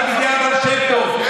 תלמידי הבעל שם טוב,